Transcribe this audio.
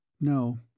No